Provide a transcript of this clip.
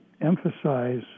emphasize